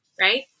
Right